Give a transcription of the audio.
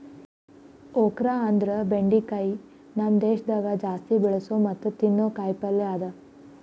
okra ಅಂದುರ್ ಬೆಂಡಿಕಾಯಿ ನಮ್ ದೇಶದಾಗ್ ಜಾಸ್ತಿ ಬೆಳಸೋ ಮತ್ತ ತಿನ್ನೋ ಕಾಯಿ ಪಲ್ಯ ಅದಾ